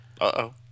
Uh-oh